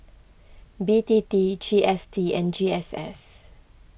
B T T G S T and G S S